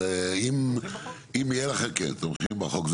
תומכים בחוק,